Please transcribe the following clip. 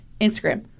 instagram